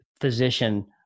physician